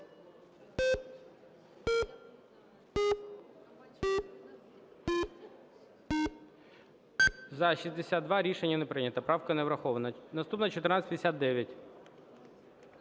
За-62 Рішення не прийнято, правка не врахована. Наступна 1459.